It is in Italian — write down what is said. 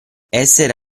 essere